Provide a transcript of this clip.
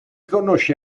conosce